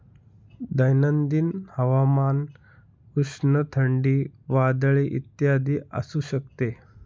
दैनंदिन हवामान उष्ण, थंडी, वादळी इत्यादी असू शकते